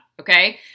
okay